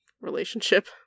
relationship